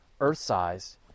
Earth-sized